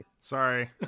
Sorry